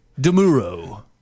DeMuro